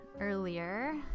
earlier